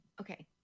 Okay